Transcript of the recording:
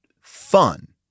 fun